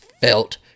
felt